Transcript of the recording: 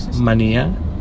Mania